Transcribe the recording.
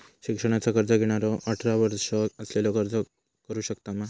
शिक्षणाचा कर्ज घेणारो अठरा वर्ष असलेलो अर्ज करू शकता काय?